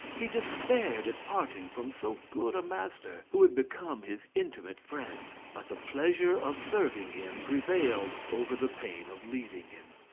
he despaired at parting from so good a master, who had become his intimate friend but the pleasure of serving him prevailed over the pain of leaving him.